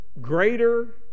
greater